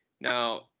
Now